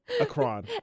Akron